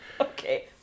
okay